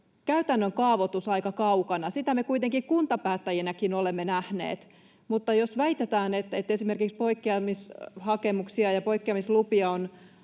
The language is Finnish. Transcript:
käytännön kaavoitus aika kaukana. Sitä me kuitenkin kuntapäättäjinäkin olemme nähneet. Mutta jos väitetään, että esimerkiksi poikkeamishakemuksia ja poikkeamislupia on